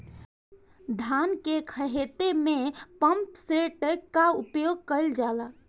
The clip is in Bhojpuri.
धान के ख़हेते में पम्पसेट का उपयोग कइल जाला?